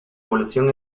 evolución